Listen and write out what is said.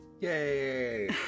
Yay